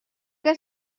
que